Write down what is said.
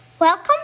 Welcome